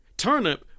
turnip